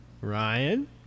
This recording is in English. Ryan